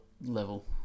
level